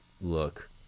look